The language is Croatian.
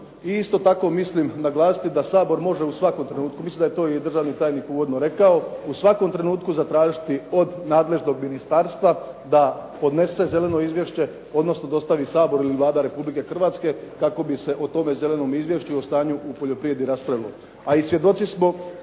I isto tako mislim naglasiti da Sabor može u svakom trenutku, mislim da je to i državni tajnik uvodno rekao, u svakom trenutku zatražiti od nadležnog ministarstva da podnese Zeleno izvješće, odnosno dostavi Saboru ili Vlada RH, kako bi se o tome zelenom izvješću i o stanju u poljoprivredi raspravilo.